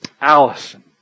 Allison